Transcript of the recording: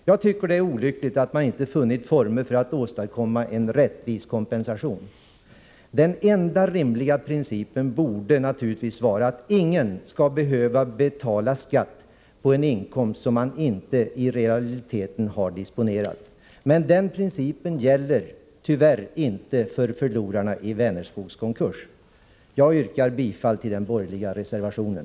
Jag tycker det är olyckligt att man inte funnit former för att åstadkomma en rättvis kompensation. Den enda rimliga principen borde naturligtvis vara att ingen skall behöva betala skatt på en inkomst som han i realiteten inte har disponerat. Men den principen gäller tyvärr inte för förlorarna i Vänerskogs konkurs. Jag yrkar bifall till den borgerliga reservationen.